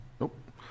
Nope